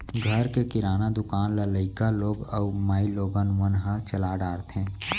घर के किराना दुकान ल लइका लोग अउ माइलोगन मन ह चला डारथें